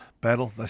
Battle